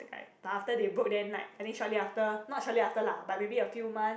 like after they broke then like I think shortly after not shortly after lah but maybe after a few months